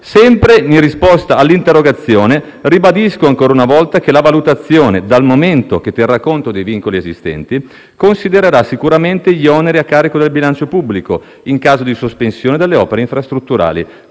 Sempre in risposta all'interrogazione, ribadisco ancora una volta che la valutazione, dal momento che terrà conto dei vincoli esistenti, considererà sicuramente gli oneri a carico del bilancio pubblico in caso di sospensione delle opere infrastrutturali,